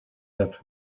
that